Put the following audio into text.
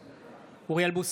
בעד אוריאל בוסו,